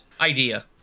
idea